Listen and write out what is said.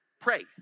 pray